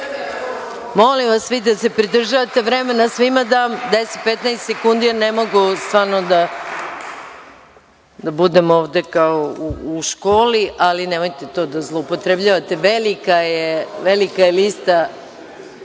Hvala. Molim vas da se pridržavate vremena. Svima dam 10, 15 sekundi, jer ne mogu stvarno da budem ovde kao u školi, ali nemojte to da zloupotrebljavate. Velika je lista